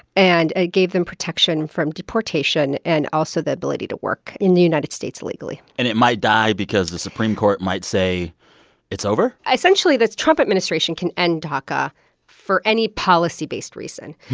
and it gave them protection from deportation and also the ability to work in the united states legally and it might die because the supreme court might say it's over essentially, the trump administration can end daca for any policy-based reason.